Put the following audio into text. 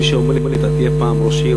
מי שהיה אומר לי: אתה תהיה פעם ראש עיר,